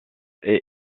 est